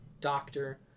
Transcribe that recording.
Doctor